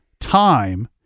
time